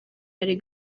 hari